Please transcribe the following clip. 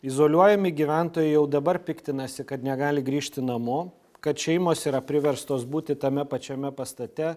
izoliuojami gyventojai jau dabar piktinasi kad negali grįžti namo kad šeimos yra priverstos būti tame pačiame pastate